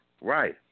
Right